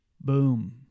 Boom